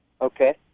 Okay